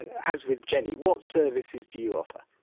as with jenny, what services do you offer?